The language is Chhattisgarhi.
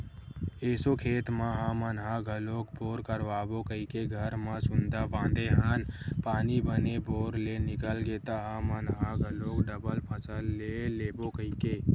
एसो खेत म हमन ह घलोक बोर करवाबो कहिके घर म सुनता बांधे हन पानी बने बोर ले निकल गे त हमन ह घलोक डबल फसल ले लेबो कहिके